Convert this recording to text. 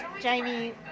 Jamie